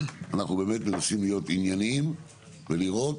אנחנו באמת מנסים להיות ענייניים ולראות,